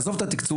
עזוב את התקצוב,